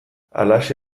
halaxe